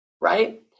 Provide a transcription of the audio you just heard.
right